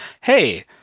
Hey